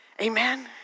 Amen